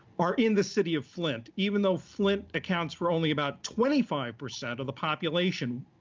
are in the city of flint, even though flint accounts for only about twenty five percent of the population.